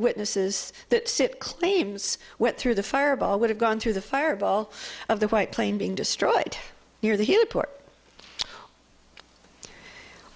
witnesses that suit claims went through the fireball would have gone through the fireball of the white plane being destroyed near the airport